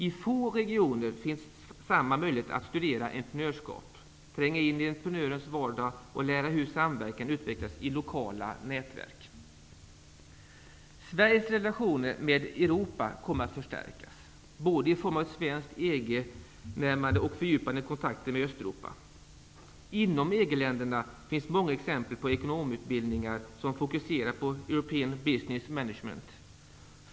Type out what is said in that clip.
I få regioner finns samma möjlighet att studera entreprenörskap, tränga in i entreprenörens vardag och lära hur samverkan utvecklas i lokala nätverk. Sveriges relationer med Europa kommer att förstärkas, både i form av ett svenskt EG närmande och fördjupade kontakter med Östeuropa. Inom EG-länderna finns många exempel på ekonomutbildningar som fokuserar på ''European businesss management''.